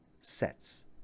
sets